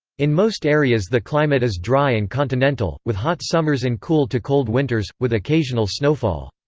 in most areas the climate is dry and continental, with hot summers and cool to cold winters, with occasional snowfall.